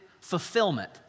fulfillment